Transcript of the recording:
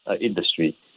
industry